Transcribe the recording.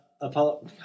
Apollo